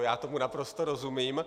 Já tomu naprosto rozumím.